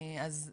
אז כן,